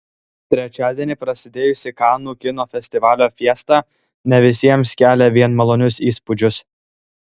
trečiadienį prasidėjusi kanų kino festivalio fiesta ne visiems kelia vien malonius įspūdžius